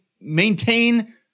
maintain